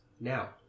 now